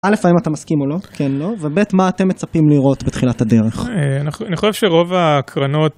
א', האם אתה מסכים או לא, כן, לא, וב', מה אתם מצפים לראות בתחילת הדרך. אה, אני חושב שרוב ההקרנות...